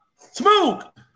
Smoke